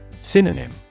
Synonym